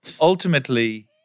ultimately